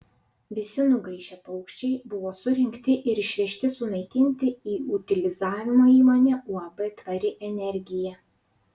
visi nugaišę paukščiai buvo surinkti ir išvežti sunaikinti į utilizavimo įmonę uab tvari energija